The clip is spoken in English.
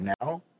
now